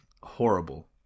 Horrible